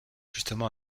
justement